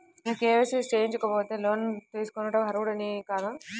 నేను కే.వై.సి చేయించుకోకపోతే నేను లోన్ తీసుకొనుటకు అర్హుడని కాదా?